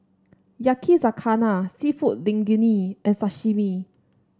Yakizakana seafood Linguine and Sashimi